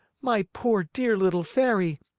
my poor, dear little fairy!